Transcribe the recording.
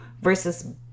versus